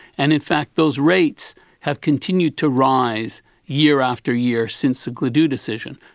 and in fact those rates have continued to rise year after year since the gladue decision.